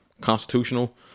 constitutional